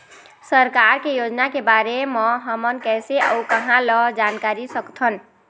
सरकार के योजना के बारे म हमन कैसे अऊ कहां ल जानकारी सकथन?